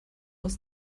aus